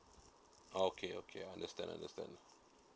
okay okay understand understand